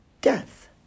death